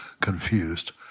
confused